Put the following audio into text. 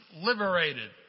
liberated